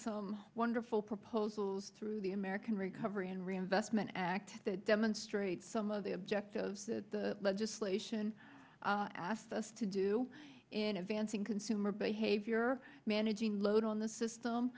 some wonderful proposals through the american recovery and reinvestment act that demonstrate some of the objectives that the legislation asked us to do in advancing consumer behavior managing load on the system